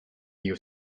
new